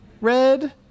Red